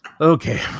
Okay